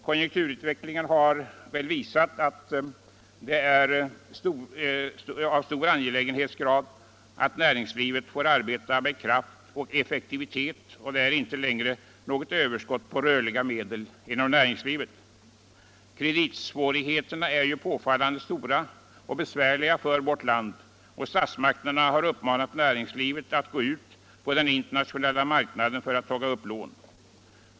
Konjunkturutvecklingen har väl visat att det är av hög angelägenhetsgrad att näringslivet får arbeta med kraft och effektivitet, och det är inte längre något överskott på rörliga medel inom näringslivet. Kreditsvårigheterna är ju påfallande stora och besvärliga för vårt land, och statsmakterna har uppmanat näringslivet att gå ut på den internationella marknaden för att ta upp lån.